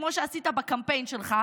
כמו שעשית בקמפיין שלך,